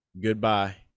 Goodbye